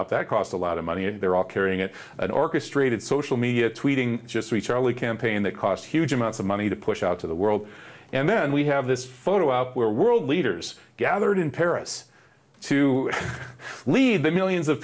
up that cost a lot of money and they're all carrying it and orchestrated social media tweeting just reach only campaign that cost huge amounts of money to push out to the world and then we have this photo op where world leaders gathered in paris to lead the millions of